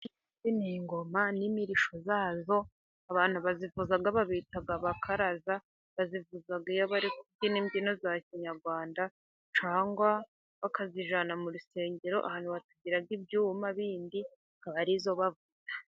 Izi ni ingoma n'imirisho yazo, abantu bazivuza babita abakaraza, bazivuza iyo bari kubyina imbyino za kinyarwanda, cyangwa bakazijyana mu rusengero ahantu bagira ibyuma bindi akaba ari zo bavuza.